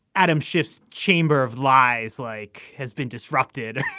adam schiff's chamber of lies like has been disrupted